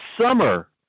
summer